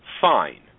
fine